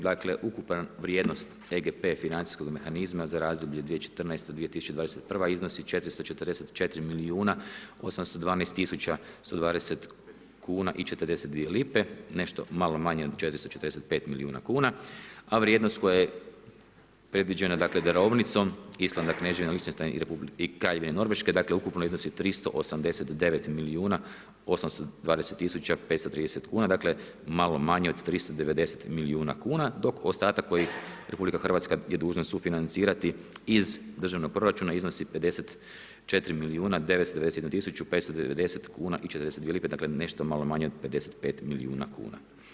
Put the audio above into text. Dakle ukupna vrijednost EGP financijskog mehanizma za razdoblje 2014.-2021. iznosi 444 812 120 kuna i 42 lipe, nešto malo manje od 445 milijuna kuna a vrijednost koja je predviđena darovnicom Islanda, Kneževine Lihtenštajn i Kraljevine Norveške, dakle ukupno iznosi 389 820 530 kuna, dakle malo manje od 390 milijuna kuna, dok ostatak koji RH je dužna sufinancirati iz državnog proračuna iznosi 54 milijuna 991 tisuću 590 kuna i 42 lipe, dakle nešto malo manje od 55 milijuna kuna.